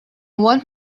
want